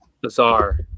bizarre